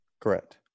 Correct